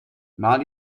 maar